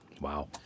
Wow